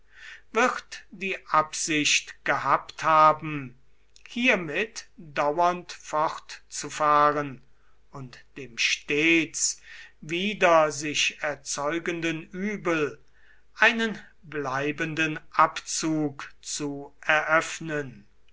wird die absicht gehabt haben hiermit dauernd fortzufahren und dem stets wieder sich erzeugenden übel einen bleibenden abzug zu eröffnen